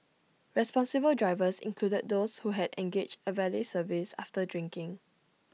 responsible drivers included those who had engaged A valet service after drinking